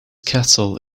kettle